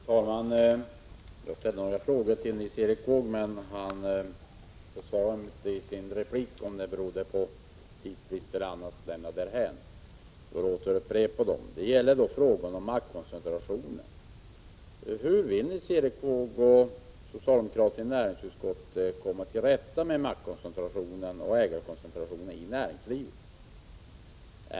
Fru talman! Jag ställde några frågor till Nils Erik Wååg, men han besvarade dem inte i sin replik; om det berodde på tidsbrist eller någonting annat lämnar jag därhän. Jag upprepar dem. En fråga gällde maktkoncentrationen. Hur vill Nils Erik Wååg och socialdemokraterna i näringsutskottet komma till rätta med maktkoncentrationen och ägarkoncentrationen i näringslivet?